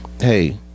hey